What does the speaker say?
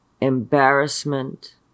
embarrassment